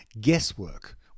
guesswork